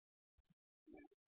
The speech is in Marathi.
1 Cin CinA